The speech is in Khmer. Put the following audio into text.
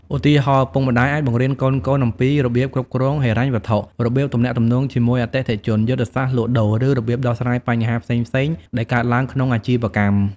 ឧទាហរណ៍ ឪពុកម្តាយអាចបង្រៀនកូនៗអំពីរបៀបគ្រប់គ្រងហិរញ្ញវត្ថុ របៀបទំនាក់ទំនងជាមួយអតិថិជន យុទ្ធសាស្ត្រលក់ដូរ ឬរបៀបដោះស្រាយបញ្ហាផ្សេងៗដែលកើតឡើងក្នុងអាជីវកម្ម។